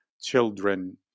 children